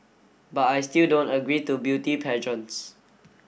but I still don't agree to beauty pageants